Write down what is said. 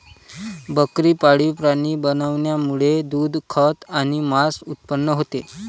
बकरी पाळीव प्राणी बनवण्यामुळे दूध, खत आणि मांस उत्पन्न होते